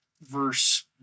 verse